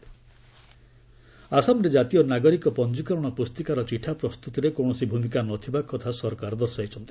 CPI TMC ଆସାମରେ ଜାତୀୟ ନାଗରିକ ପଞ୍ଚୀକରଣ ପୁସ୍ତିକାର ଚିଠା ପ୍ରସ୍ତୁତିରେ କୌଣସି ଭୂମିକା ନ ଥିବା କଥା ସରକାର ଦର୍ଶାଇଛନ୍ତି